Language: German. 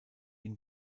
ihn